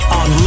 on